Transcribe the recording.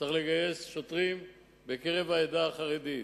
צריך לגייס שוטרים מקרב העדה החרדית.